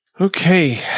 Okay